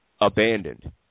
abandoned